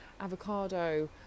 avocado